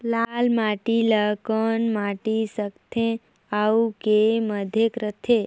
लाल माटी ला कौन माटी सकथे अउ के माधेक राथे?